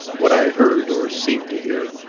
what i heard, or seemed to hear,